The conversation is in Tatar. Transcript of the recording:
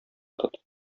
тот